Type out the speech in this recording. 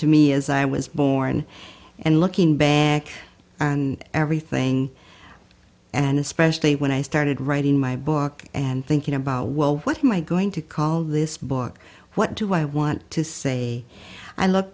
to me as i was born and looking back and everything and especially when i started writing my book and thinking about well what am i going to call this book what do i want to say i look